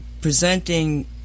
presenting